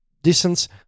Distance